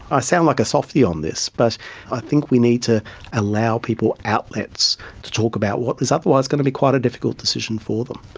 i sound like a softy on this, but i think we need to allow people outlets to talk about what is otherwise going to be quite a difficult decision for them.